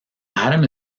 adam